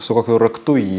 su kokiu raktu į jį